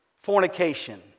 fornication